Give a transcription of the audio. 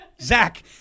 Zach